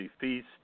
Feast